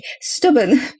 stubborn